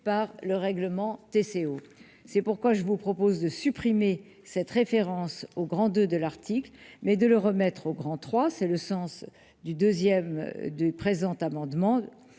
par le règlement TCO, c'est pourquoi je vous propose de supprimer cette référence au grand de de l'article, mais de le remettre au grand trois c'est le sens du deuxième du présent amendement